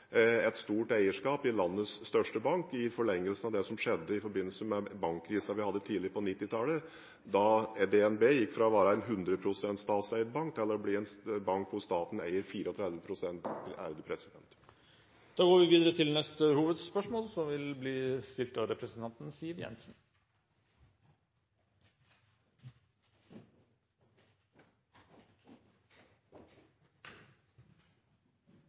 et stort eierskap i landets største bank i forlengelsen av det som skjedde i forbindelse med bankkrisen vi hadde tidlig på 1990-tallet, da DNB gikk fra å være en 100 pst. statseid bank til å bli en bank hvor staten eier 34 pst. Da går vi videre til neste hovedspørsmål.